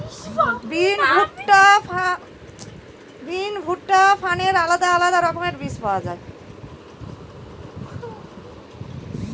বিন, ভুট্টা, ফার্নের আলাদা আলাদা রকমের বীজ পাওয়া যায়